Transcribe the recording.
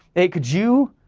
hey could you,